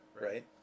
right